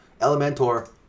Elementor